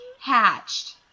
hatched